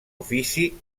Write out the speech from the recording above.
ofici